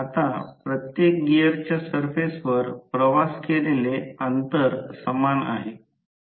आता प्रत्येक गिअरच्या सरफेसवर प्रवास केलेले अंतर समान आहे